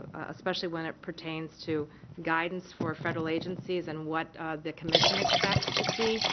especially when it pertains to guidance for federal agencies and what the commission expects to see,